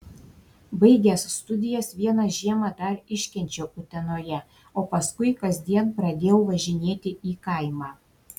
baigęs studijas vieną žiemą dar iškenčiau utenoje o paskui kasdien pradėjau važinėti į kaimą